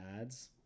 ads